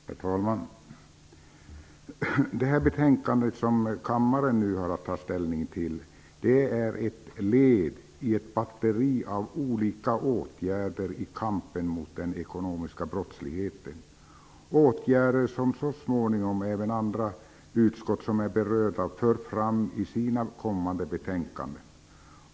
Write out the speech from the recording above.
Herr talman! Det betänkande som kammaren nu har att ta ställning till är ett led i ett batteri av olika åtgärder i kampen mot den ekonomiska brottsligheten, åtgärder som så småningom även andra berörda utskott för fram i sina kommande betänkanden.